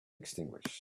extinguished